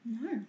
No